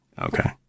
Okay